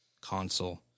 console